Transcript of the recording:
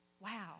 wow